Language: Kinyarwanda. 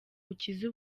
ukize